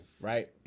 right